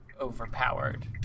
overpowered